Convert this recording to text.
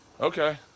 okay